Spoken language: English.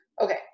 Okay